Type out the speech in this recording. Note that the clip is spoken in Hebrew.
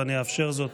ואני אאפשר זאת,